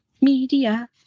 media